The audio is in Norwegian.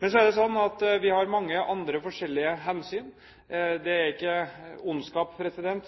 Men så er det sånn at vi har mange andre forskjellige hensyn å ta. Det er ikke ondskap